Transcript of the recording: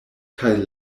kaj